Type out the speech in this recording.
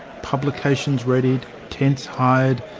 publications readied, tents hired,